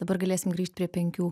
dabar galėsim grįžt prie penkių